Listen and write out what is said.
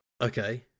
Okay